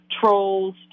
trolls